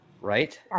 right